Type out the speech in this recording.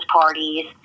parties